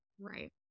Right